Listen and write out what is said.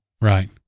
Right